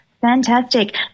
Fantastic